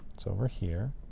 it's over here.